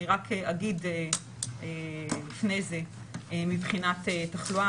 אני רק אגיד לפני זה מבחינת תחלואה.